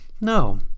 No